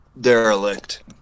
derelict